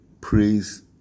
praise